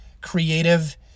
creative